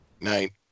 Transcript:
Night